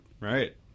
Right